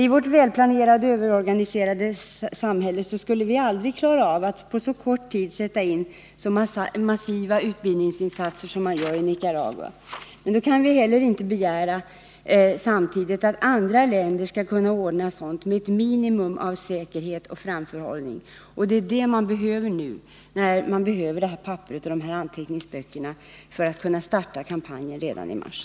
I vårt välplanerade och överorganiserade samhälle skulle vi aldrig kunna klara av att på så kort tid göra så massiva utbildningsinsatser som dem man gör i Nicaragua. Nu kan vi inte heller samtidigt begära att andra länder skall kunna ordna sådant med ett minimum av säkerhet och framförhållning. Det är därför som vi bör ge Nicaragua papperet och anteckningsböckerna för att landet skall kunna starta kampanjen redan i mars.